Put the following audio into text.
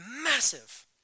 Massive